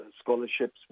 scholarships